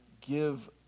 give